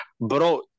bro